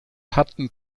hatten